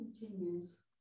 continues